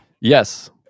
yes